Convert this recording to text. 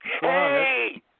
Hey